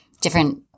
different